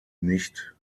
nicht